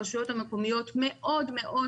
הרשויות המקומיות מאוד מאוד